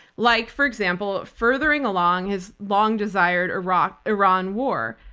like, for example, furthering along his long desired iran iran war.